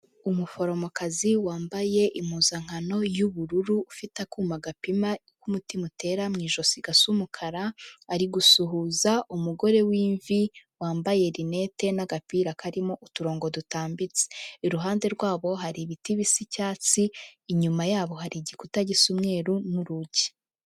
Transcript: Umuforomokazi wambaye impuzankano y'ubururu, ufite akuma gapima uko umutima utera mu ijosi gasa umukara, ari gusuhuza umugore w'imvi, wambaye linete n'agapira karimo uturongo dutambitse. Iruhande rwabo hari ibiti bisa icyatsi, inyuma yabo hari igikuta gisa umweruru, n'urugi.